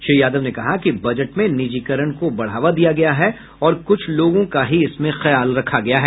श्री यादव ने कहा कि बजट में निजीकरण को बढ़ावा दिया गया है और कुछ लोगों का ही इसमें ख्याल रखा गया है